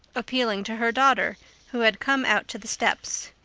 appealing to her daughter who had come out to the steps.